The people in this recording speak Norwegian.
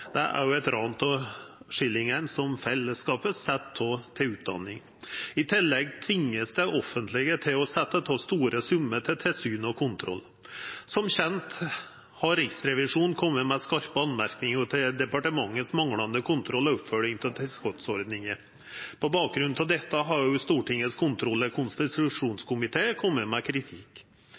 Det er også eit ran av skillingane som fellesskapet set av til utdanning. I tillegg vert det offentlege tvinga til å setja av store summar til tilsyn og kontroll. Som kjent har Riksrevisjonen kome med skarpe merknader til departementets manglande kontroll og oppfylging av tilskotsordninga. På bakgrunn av dette har også Stortingets kontroll- og konstitusjonskomité kome med kritikk.